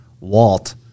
Walt